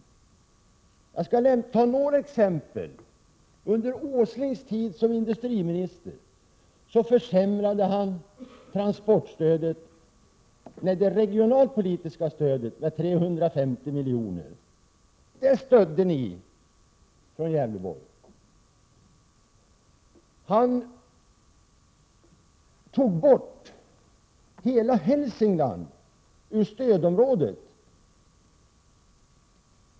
Jag skall ta några exempel. Under Nils G Åslings tid som industriminister försämrade han det regionalpolitiska stödet med 350 milj.kr. Det stödde ni från Gävleborg. Han tog också bort hela Hälsingland ur stödområdet.